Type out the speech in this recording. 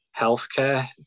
healthcare